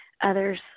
others